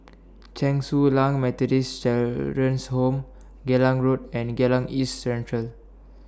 Chen Su Lan Methodist Children's Home Geylang Road and Geylang East Central